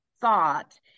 thought